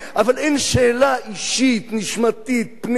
אבל אין שאלה אישית, נשמתית, פנימית,